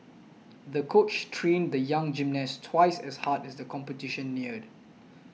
the coach trained the young gymnast twice as hard as the competition neared